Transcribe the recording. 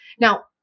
Now